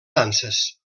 danses